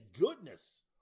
goodness